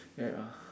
ya